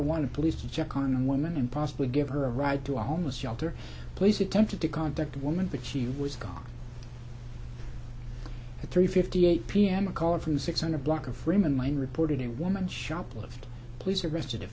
i want to police to check on a woman and possibly give her a ride to a homeless shelter place attempted to contact woman but she was gone at three fifty eight p m a call from six hundred block of freeman line reported a woman shoplifter police arrested a